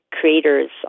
creators